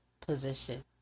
position